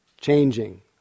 changing